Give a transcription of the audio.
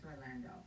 Orlando